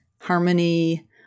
harmony